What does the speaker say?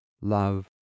love